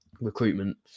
recruitment